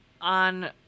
on